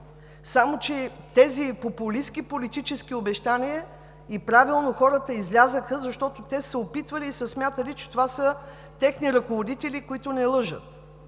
само че след тези популистки политически обещания правилно хората излязоха, защото те са смятали, че това са техни ръководители, които не лъжат.